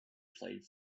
played